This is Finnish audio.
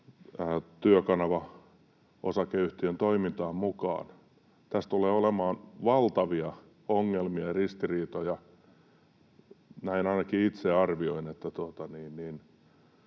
Työkanava Oy:n toimintaan mukaan. Tässä tulee olemaan valtavia ongelmia ja ristiriitoja. Ainakin itse arvioin, että